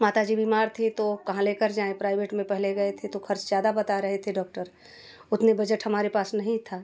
माता जी बीमार थी तो कहाँ लेकर जाएँ प्राइवेट में पहले गए थे तो खर्च ज़्यादा बता रहे थे डॉक्टर उतने बजट हमारे पास नहीं था